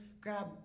grab